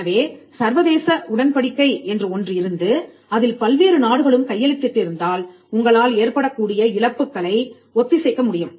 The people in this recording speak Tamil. எனவே சர்வதேச உடன்படிக்கை என்று ஒன்றிருந்து அதில் பல்வேறு நாடுகளும் கையெழுத்திட்டிருந்தால் உங்களால் ஏற்படக்கூடிய இழப்புக்களை ஒத்திசைக்க முடியும்